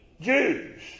Jews